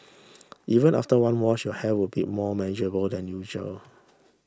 even after one wash your hair would be more manageable than usual